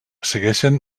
segueixen